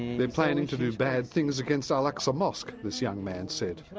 they're planning to do bad things against al-aqsar mosque, this young man said.